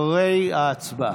אחרי ההצבעה.